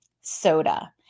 soda